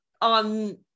on